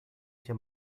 się